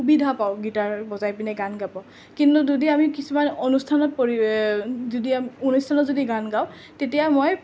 guitar বজাই পিনাই গান গাব কিন্তু যদি আমি কিছুমান অনুষ্ঠানত পৰি যদি অনুষ্ঠানত যদি গান গাওঁ তেতিয়া মই